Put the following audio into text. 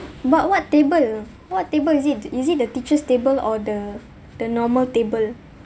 but what table uh what table is it is it the teacher's table or the the normal table